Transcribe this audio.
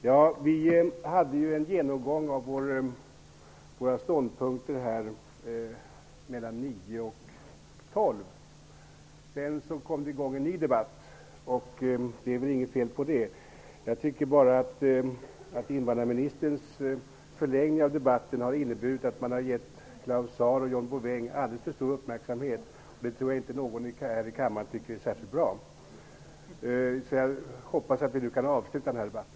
Herr talman! Vi hade ju en genomgång av våra ståndpunkter här mellan kl. 9 och kl. 12. Sedan kom en ny debatt i gång, och det är väl inget fel i det. Jag tycker bara att invandrarministerns förlängning av debatten har inneburit att Claus Zaar och John Bouvin har fått alldeles för stor uppmärksamhet. Jag tror inte att någon här i kammaren tycker att det är särskilt bra. Jag hoppas således att vi nu kan avsluta den här debatten.